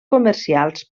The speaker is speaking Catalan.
comercials